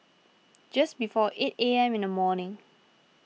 just before eight A M in the morning